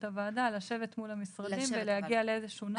הוועדה לשבת מול המשרדים ולהגיע לאיזשהו נוסח.